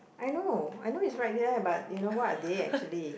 I know I know it's right there but you know what are they actually